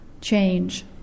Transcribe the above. change